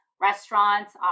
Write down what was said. restaurants